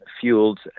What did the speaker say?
fueled